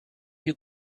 you